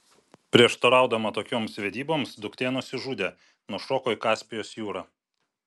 prieštaraudama tokioms vedyboms duktė nusižudė nušoko į kaspijos jūrą